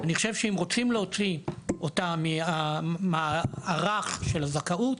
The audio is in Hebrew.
אני חושב שאם רוצים להוציא אותה מהמערך של הזכאות,